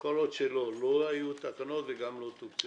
כל עוד שאין תקנות והן גם לא תוקצבו.